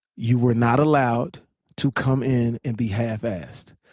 you were not allowed to come in and be half assed.